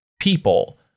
people